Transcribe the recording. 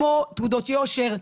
תעודות יושר,